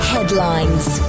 Headlines